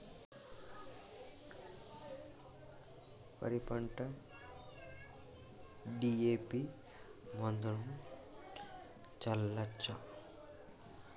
వరి పంట డి.ఎ.పి మందును చల్లచ్చా?